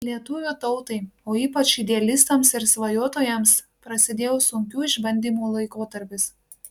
lietuvių tautai o ypač idealistams ir svajotojams prasidėjo sunkių išbandymų laikotarpis